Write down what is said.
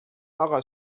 آقا